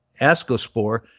ascospore